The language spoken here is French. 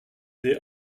des